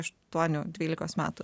aštuonių dvylikos metų